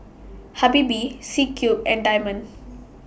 Habibie C Cube and Diamond